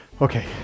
Okay